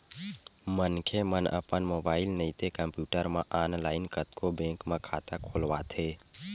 मनखे मन अपन मोबाईल नइते कम्प्यूटर म ऑनलाईन कतको बेंक म खाता खोलवाथे